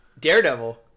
Daredevil